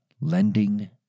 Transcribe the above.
lending